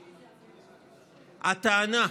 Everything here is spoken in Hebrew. הטענה,